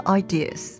ideas